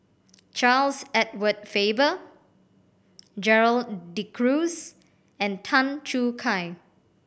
Charles Edward Faber Gerald De Cruz and Tan Choo Kai